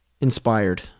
inspired